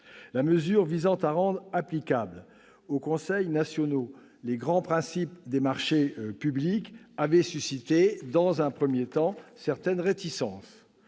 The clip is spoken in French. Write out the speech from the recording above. La mesure visant à rendre applicables aux conseils nationaux les grands principes des marchés publics avait suscité, dans un premier temps, certaines réticences.